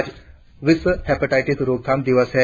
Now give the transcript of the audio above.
आज विश्व हेपेटाइटिस रोकथाम दिवस है